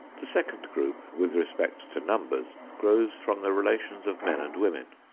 the second group, with respect to numbers, grows from the relations of men and women.